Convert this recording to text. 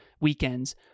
weekends